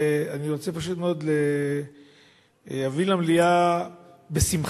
ואני רוצה פשוט מאוד להביא למליאה בשמחה